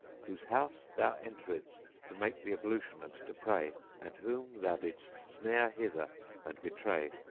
whose house thou enteredst to make the ablution and to pray, and whom thou didst snare hither and betray.